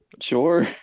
Sure